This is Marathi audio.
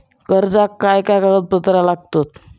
कर्जाक काय काय कागदपत्रा लागतत?